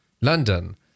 London